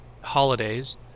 holidays